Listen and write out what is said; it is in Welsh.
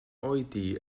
oedi